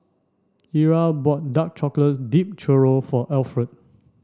Ira bought dark chocolate Dipped Churro for Alferd